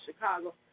Chicago